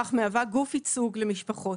אך מהווה גוף ייצוג למשפחות.